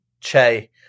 Che